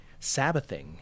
Sabbathing